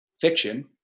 fiction